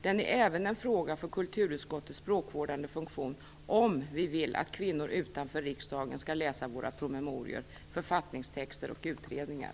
Den är även en fråga för kulturutskottets språkvårdande funktion, om vi vill att kvinnor utanför riksdagen skall läsa våra promemorior, författningstexter och utredningar.